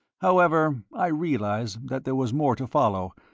however, i realized that there was more to follow,